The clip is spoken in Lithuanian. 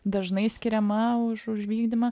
dažnai skiriama už už vykdymą